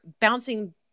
bouncing